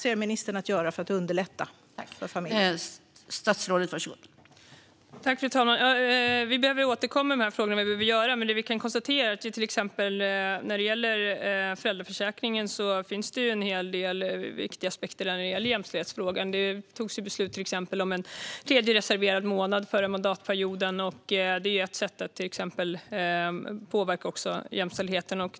Fru talman! Vi behöver återkomma med vad vi vill göra i de här frågorna. Men vi kan konstatera att när det gäller till exempel föräldraförsäkringen finns det en hel del viktiga aspekter på jämställdhetsfrågan. Det fattades exempelvis beslut om en tredje reserverad månad under förra mandatperioden. Det är ett sätt att påverka jämställdheten.